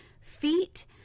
Feet